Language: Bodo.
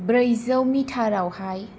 ब्रैजौ मिटारावहाय